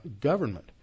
government